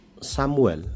Samuel